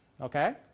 okay